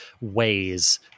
ways